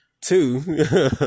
Two